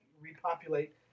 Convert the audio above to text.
repopulate